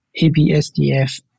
ABSDF